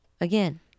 again